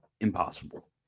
impossible